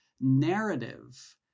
narrative